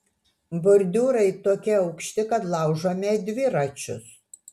bordiūrai tokie aukšti kad laužome dviračius